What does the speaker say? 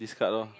discard lor